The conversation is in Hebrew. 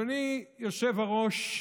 אדוני היושב-ראש,